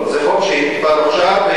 זה חוק שנחקק עכשיו,